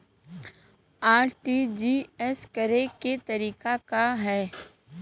RTGS करे के तरीका का हैं?